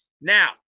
now